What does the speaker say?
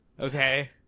okay